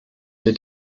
der